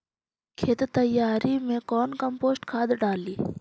खेत तैयारी मे कौन कम्पोस्ट खाद डाली?